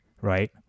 Right